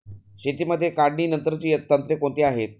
शेतीमध्ये काढणीनंतरची तंत्रे कोणती आहेत?